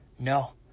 No